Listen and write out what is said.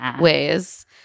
ways